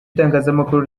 itangazamakuru